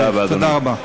תודה רבה, אדוני.